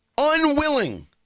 unwilling